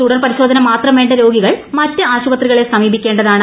തുടർ പരിശോധന മാത്രം വേണ്ട രോഗികൾ മറ്റ് ആശുപത്രികളെ സമീപിക്കേണ്ടതാണ്